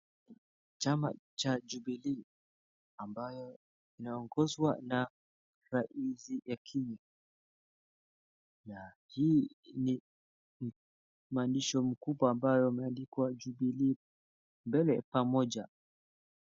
Chama cha Jubilee ambayo inaongozwa na rais wa Kenya, na hii ni maandishi makubwa ambayo yameandikwa jubilee mbele pamoja.